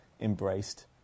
embraced